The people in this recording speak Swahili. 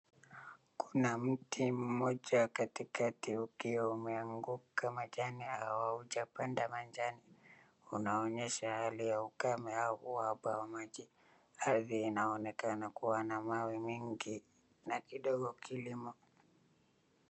Kuna mti mmoja katikati ukiwa umeanguka majani au haujapanda majani. Unaonyesha hali ya ukame au uhaba wa maji. Ardhi inaonekana kuwa na mawe mingi na kidogo kilimo.